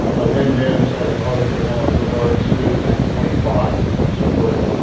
lin mimms has an article on rivark's zoo at twenty five, that's their silver and